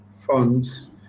funds